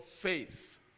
faith